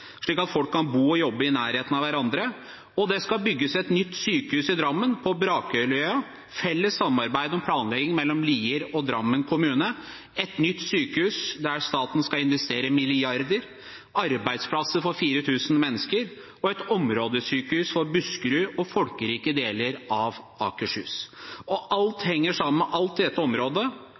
slik at folk kan bo og jobbe i nærheten av hverandre. Det skal bygges et nytt sykehus i Drammen, på Brakerøya, i et felles samarbeid om planlegging mellom Lier og Drammen kommune. Det blir et nytt sykehus der staten skal investere milliarder, det blir arbeidsplasser for 4 000 mennesker og et områdesykehus for Buskerud og folkerike deler av Akershus. Alt henger sammen med alt i dette området,